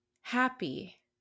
happy